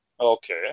Okay